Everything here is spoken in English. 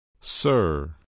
Sir